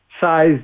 size